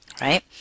right